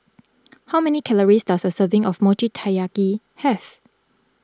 how many calories does a serving of Mochi Taiyaki have